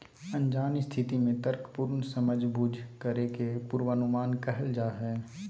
अनजान स्थिति में तर्कपूर्ण समझबूझ करे के पूर्वानुमान कहल जा हइ